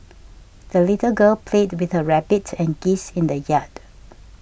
the little girl played with her rabbit and geese in the yard